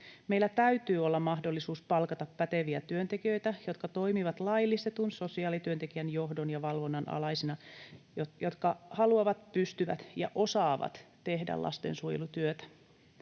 Meillä täytyy olla mahdollisuus palkata päteviä työntekijöitä, jotka toimivat laillistetun sosiaalityöntekijän johdon ja valvonnan alaisena, jotka haluavat, pystyvät ja osaavat tehdä lastensuojelutyötä.